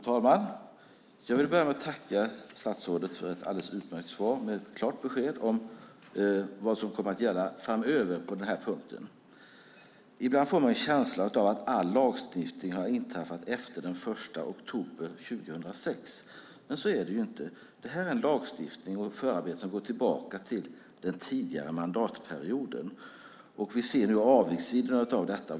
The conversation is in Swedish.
Fru talman! Jag vill börja med att tacka statsrådet för ett alldeles utmärkt svar med ett klart besked om vad som kommer att gälla framöver på den här punkten. Ibland får man en känsla av att all lagstiftning har inträffat efter den 1 oktober 2006, men så är det inte. Det här är en lagstiftning och ett förarbete som går tillbaka till den tidigare mandatperioden. Vi ser nu avigsidorna av detta.